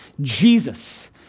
Jesus